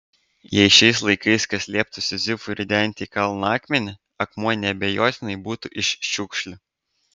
jei šiais laikais kas lieptų sizifui ridenti į kalną akmenį akmuo neabejotinai būtų iš šiukšlių